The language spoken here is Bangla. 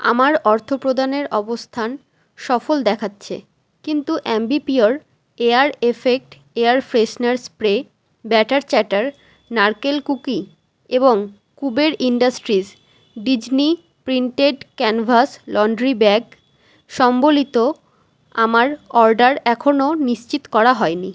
আমার অর্থপ্রদানের অবস্থান সফল দেখাচ্ছে কিন্তু Ambi Pur air effect air freshener spray batter chatter নারকেল কুকি এবং Kuber industries Disney printed canvas laundry bag সম্বলিত আমার অর্ডার এখনও নিশ্চিত করা হয়নি